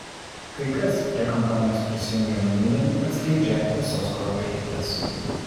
kai kas prie kampanijos prisijungia manydami atskleidžią tiesos kruopelytes